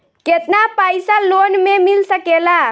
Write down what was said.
केतना पाइसा लोन में मिल सकेला?